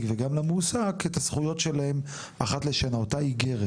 וגם למועסק את הזכויות שלהם אחת לשנה אותה איגרת,